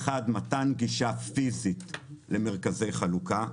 האחד, מתן גישה פיזית למרכזי חלוקה,